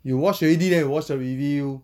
you watch already then you watch the review